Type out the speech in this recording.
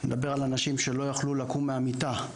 אני מדבר על אנשים שלא יכלו לקום מהמיטה,